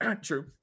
True